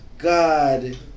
God